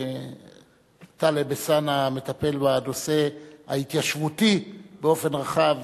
טלב אלסאנע מטפל בנושא ההתיישבותי באופן רחב.